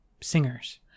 singers